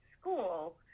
school